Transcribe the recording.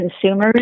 consumers